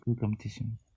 competition